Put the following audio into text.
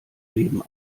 leben